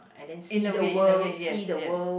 in a way in a way yes yes